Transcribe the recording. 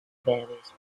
various